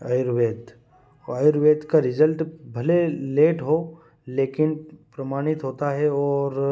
आयुर्वेद वह आयुर्वेद का रिज़ल्ट भले लेट हो लेकिन प्रमाणित होता है और